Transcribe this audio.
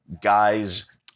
guys